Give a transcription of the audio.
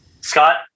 Scott